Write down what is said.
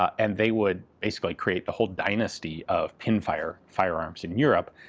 and they would basically create the whole dynasty of pinfire firearms in europe.